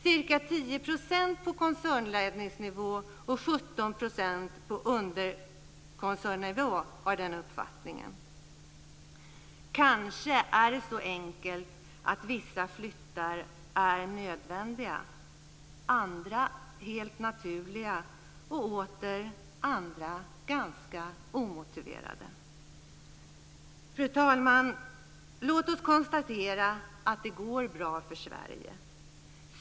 Ca 10 % på koncernledningsnivå och 17 % på underkoncernnivå har den uppfattningen. Kanske är det så enkelt att vissa flyttar är nödvändiga, andra helt naturliga och åter andra ganska omotiverade. Fru talman! Låt oss konstatera att det går bra för Sverige.